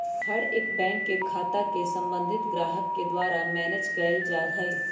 हर एक बैंक के खाता के सम्बन्धित ग्राहक के द्वारा मैनेज कइल जा हई